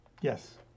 Yes